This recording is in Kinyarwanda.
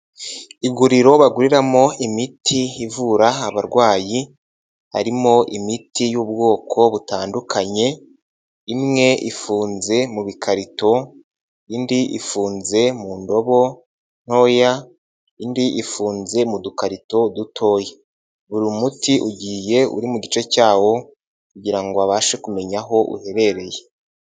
Iguriro baguriramo imiti ivura abarwayi, harimo imiti y'ubwoko butandukanye, imwe ifunze mu bikarito, indi ifunze mu ndobo ntoya, indi ifunze mu dukarito dutoya. Buri muti ugiye uri mu gice cyawo kugira ngo abashe kumenya aho uherereye.